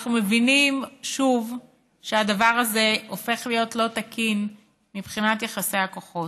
אנחנו מבינים שוב שהדבר הזה הופך להיות לא תקין מבחינת יחסי הכוחות.